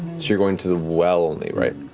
you're going to the well only right?